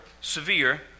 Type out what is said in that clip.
severe